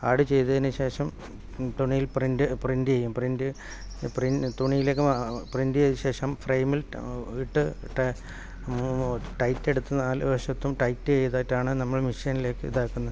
add ചെയ്തതിനു ശേഷം തുണിയിൽ പ്രിൻറ്റ് പ്രിൻറ്റ് യ്യും പ്രിൻറ്റ് പ്രി തുണിയിലേക്ക് പ്രിൻറ്റ് ചെയ്ത ശേഷം ഫ്രെയിമിൽ ഇട്ട് ട ടൈറ്റെടുത്ത് നാല് വശത്തും ടൈറ്റ് ചെയ്തിട്ടാണ് നമ്മൾ മെഷ്യനിലേക്ക് ഇതാക്കുന്നത്